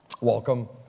welcome